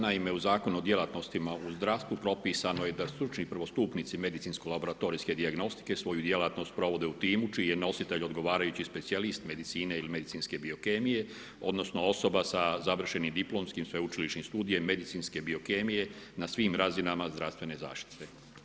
Naime u zakonu o djelatnostima u zdravstvu propisano je da stručni prvostupnici medicinsko laboratorijske dijagnostike svoju djelatnost provode u timu čiji je nositelj odgovarajući specijalist medicine ili medicinske biokemije, odnosno osoba sa završenim diplomskim sveučilišnim studijem medicinske biokemije na svim razinama zdravstvene zaštite.